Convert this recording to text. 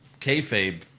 kayfabe